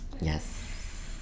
Yes